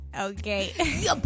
okay